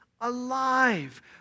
alive